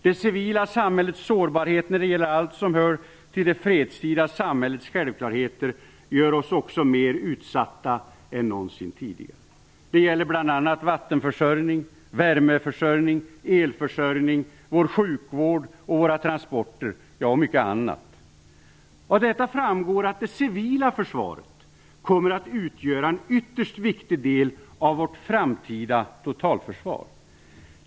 Det civila samhällets sårbarhet när det gäller allt som rör det fredstida samhällets självklarheter gör oss också mer utsatta än någonsin tidigare. Det gäller bl.a. Av detta framgår att det civila försvaret kommer att utgöra en ytterst viktig del av vårt framtida totalförsvar.